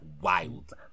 wild